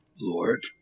Lord